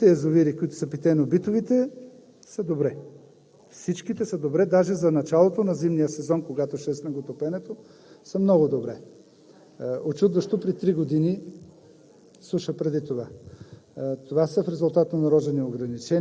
По отношение на това дали тази година ще има вода, всичките язовири, които са питейно-битовите, са добре. Всичките са добре. Даже за началото на зимния сезон, когато ще е снеготопенето, са много добре. Учудващо при три години